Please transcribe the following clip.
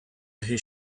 his